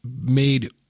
made